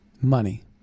money